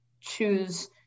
choose